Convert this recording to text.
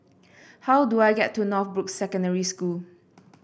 how do I get to Northbrooks Secondary School